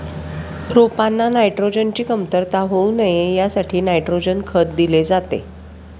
रोपांना नायट्रोजनची कमतरता होऊ नये यासाठी नायट्रोजन खत दिले जाते